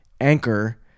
anchor